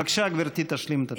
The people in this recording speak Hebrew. בבקשה, גברתי תשלים את התשובה.